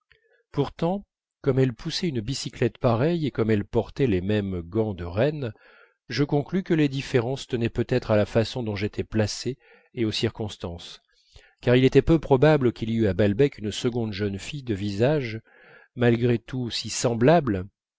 pourtant comme elle poussait une bicyclette pareille et comme elle portait les mêmes gants de renne je conclus que les différences tenaient peut-être à la façon dont j'étais placé et aux circonstances car il était peu probable qu'il y eût à balbec une seconde jeune fille de visage malgré tout si semblable